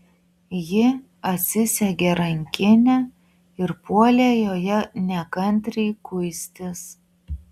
ji atsisegė rankinę ir puolė joje nekantriai kuistis